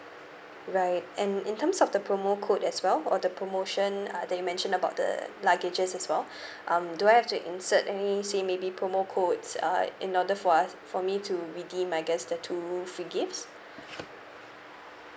right and in terms of the promo code as well or the promotion uh that you mentioned about the luggages as well um do I have to insert any say maybe promo codes uh in order for us for me to redeem I guess the two free gifts